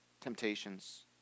Temptations